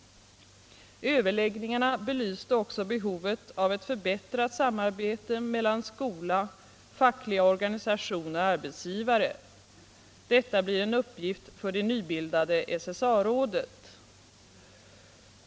Överläggningarna belyste också behovet av ett förbättrat samarbete mellan skola, fackliga organisationer och arbetsgivare. Detta blir en uppgift för det nybildade SSA rådet.